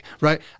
Right